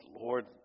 Lord